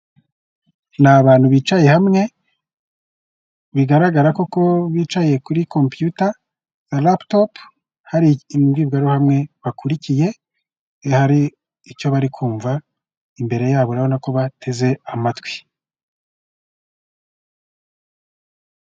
Ni abantu bicaye hamwe, bigaragara koko bicaye kuri kompiyuta ya raputopu, hari imbwirwaruhame bakurikiye, hari icyo bari kumva imbere yabo ubona na ko bateze amatwi.